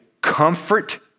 comfort